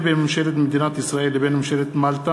הטלת חובות לשם מניעת הטרדה מינית במוסד חינוך),